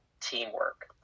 teamwork